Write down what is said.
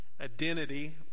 Identity